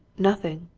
nothing,